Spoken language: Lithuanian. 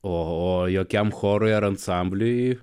o jokiam chorui ar ansambliui